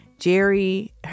Jerry